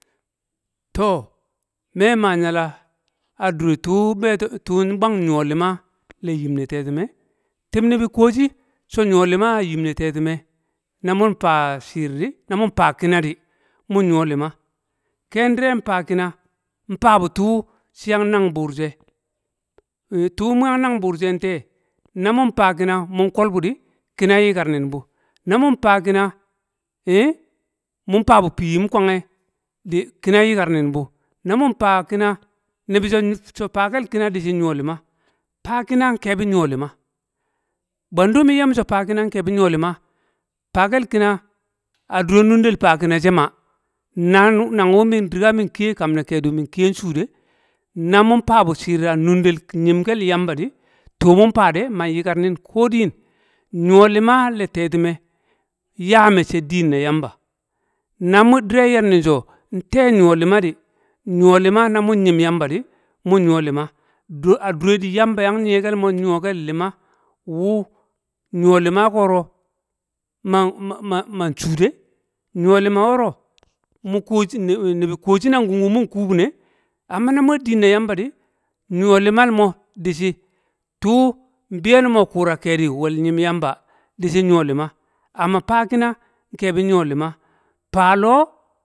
to, me ma nyala a dure tuu betotuu nbwang nyo lima le yim le tetime. Tib nibi kuwo shi, so nyo lima a yim ne titime, na mun fa shiir di, na mun fa kina di, mun nyo lima. Ken dire nfa kina nfa bu tuu shi yang nang buur she tu mu yang nang buur she nte, na mun faa kina mun kolbu kina nyikar nin bu. Na mun fa kina mun fa bu fi yim wu kwangye di, kinan yi kar nin bu, na mur fa kina, nibi so faa kel kina di shi nyo lima, fa kina nkebi nyo lima bwendu min ye mi so faa kinan nkebi nyo lima, faa keb kina a dure nundel faa kina she ma, na- nan wu min Riga min kiye a kam ne kedu min kiye nshude, na mun faa bu shiir a nundel yimkel Yamba di, tu mun faa ade man yikar nin ko diin. Nyo lima le tetume nya mecce diin na Yamba na mu dire yer nin so nte yo lima di nyo lima na nyim Yamba di mun nyo lima, dure a dure di Yama yang nyiye kel mo neyekel lima wu nyo lima koro man- man- man she de nyo lima woro mu ku kewo shi, nibi nibi kuwo shi nang kung gu mun kukune Amma na usme diin na Yamba di, n limal mo dishi tuu nbiyo numo kura kedi w nyim Yamba di shi nyo lima to, faa kina nkebi nyo lima, faa loo,